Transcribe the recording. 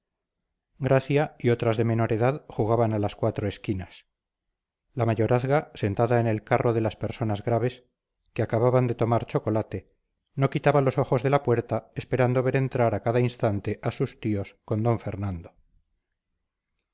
gracia y otras de menor edad jugaban a las cuatro esquinas la mayorazga sentada en el carro de las personas graves que acababan de tomar chocolate no quitaba los ojos de la puerta esperando ver entrar a cada instante a sus tíos con d fernando